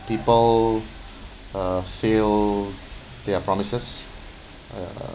people uh fail their promises uh